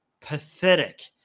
pathetic